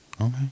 Okay